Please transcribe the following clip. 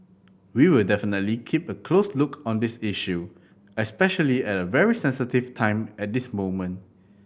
we will definitely keep a close look on this issue especially at a very sensitive time at this moment